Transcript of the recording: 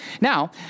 Now